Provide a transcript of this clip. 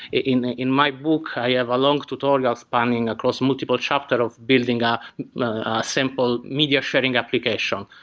in in my book i have a long tutorial spanning across multiple chapter of building a simple media sharing application.